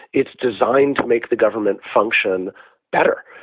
it's designed to make the government function better.